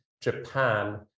Japan